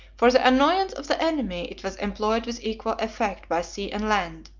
for the annoyance of the enemy, it was employed with equal effect, by sea and land,